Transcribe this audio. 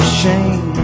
shame